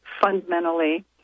fundamentally